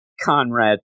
Conrad